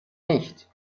nicht